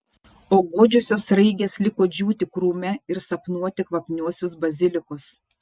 o godžiosios sraigės liko džiūti krūme ir sapnuoti kvapniuosius bazilikus